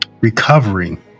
recovering